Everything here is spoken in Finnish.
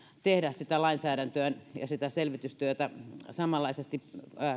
tehdä sitä lainsäädäntöä ja sitä selvitystyötä samanlaisesti